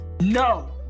No